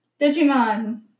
Digimon